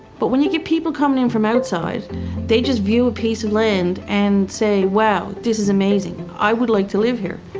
but when you get people coming in from outside they just view a piece of land and say, wow, this is amazing, i would like to live here.